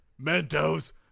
Mentos